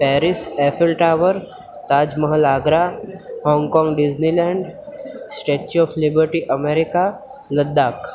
Paris Eiffel tower Taj Mahal Agra Hong Kong Disneyland statue of liberty America Ladakh